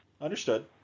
Understood